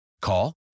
Call